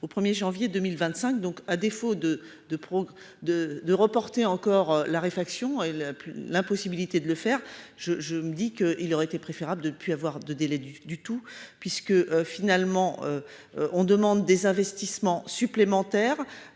au 1er janvier 2025, donc à défaut de, de progrès de de reporter encore la réfaction et le l'impossibilité de le faire, je, je me dis qu'il aurait été préférable de pu avoir de délai du, du tout, puisque finalement. On demande des investissements supplémentaires